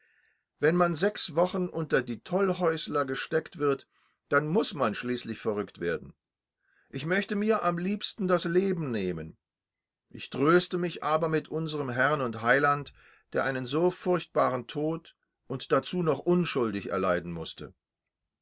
wenn man sechs wochen unter die tollhäusler gesteckt wird dann muß man schließlich verrückt werden ich möchte mir am liebsten das leben nehmen ich tröste mich aber mit unserem herrn und heiland der einen so furchtbaren tod und dazu noch unschuldig erleiden mußte